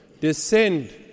descend